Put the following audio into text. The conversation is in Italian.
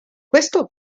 questo